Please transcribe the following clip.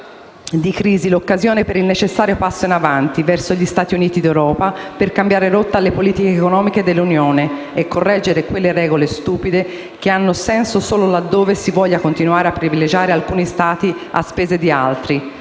di crisi l'occasione per il necessario passo in avanti verso gli Stati Uniti d'Europa, per cambiare rotta alle politiche economiche dell'Unione e correggere quelle regole stupide che hanno senso solo laddove si voglia continuare a privilegiare alcuni Stati a spese di altri.